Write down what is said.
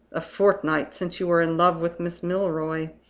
a fortnight since you were in love with miss milroy,